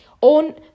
on